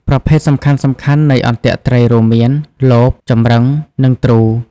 ប្រភេទសំខាន់ៗនៃអន្ទាក់ត្រីរួមមាន លប ចម្រឹង និងទ្រូ។